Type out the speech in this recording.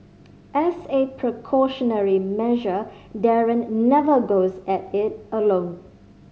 as a precautionary measure Darren never goes at it alone